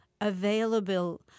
available